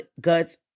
guts